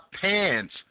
pants